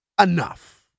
Enough